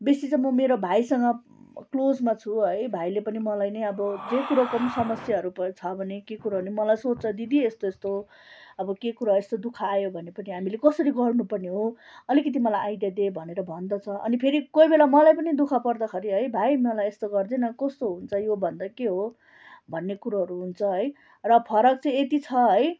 बेसी चाहिँ म मेरो भाइसँग क्लोजमा छु है भाइले पनि मलाई नै अब जे कुरोको पनि समस्याहरू पर् छ भने के कुरो भने मलाई सोध्छ दिदी यस्तो यस्तो अब के कुरा यस्तो दुःख आयो भने पनि हामीले कसरी गर्नुपर्ने हो अलिकिति मलाई आइडिया दे भनेर भन्दछ अनि फेरि कोही बेला मलाई पनि दुःख पर्दाखेरि है भाइ मलाई यस्तो गरिदे न कस्तो हुन्छ यो भन्दा के हो भन्ने कुरोहरू हुन्छ है र फरक चाहिँ यति छ है